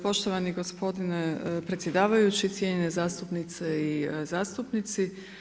Poštovani gospodine predsjedavajući, cijenjene zastupnice i zastupnici.